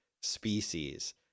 species